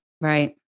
Right